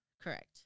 Correct